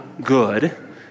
Good